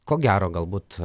ko gero galbūt